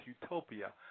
Utopia